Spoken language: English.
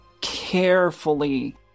carefully